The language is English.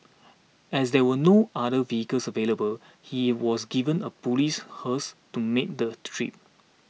as there were no other vehicles available he was given a police hearse to make the trip